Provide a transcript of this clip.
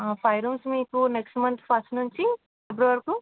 five rooms మీకు next month first నుంచి February వరకు